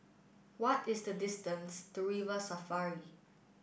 what is the distance to River Safari